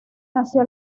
nació